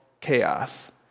chaos